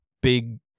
big